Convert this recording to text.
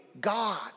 God